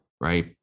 right